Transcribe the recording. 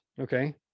okay